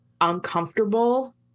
uncomfortable